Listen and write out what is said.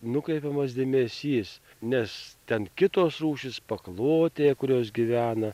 nukreipiamas dėmesys nes ten kitos rūšys paklotėje kurios gyvena